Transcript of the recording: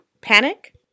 panic